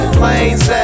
plane's